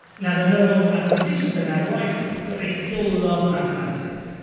now they're no longer mathematicians, they're now writers, but they still love mathematics.